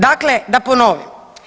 Dakle, da ponovimo.